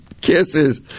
Kisses